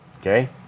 Okay